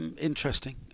Interesting